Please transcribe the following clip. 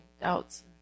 doubts